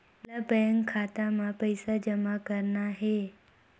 मोला बैंक खाता मां पइसा जमा करना हे?